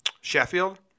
Sheffield